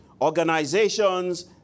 organizations